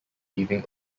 leaving